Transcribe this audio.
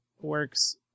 works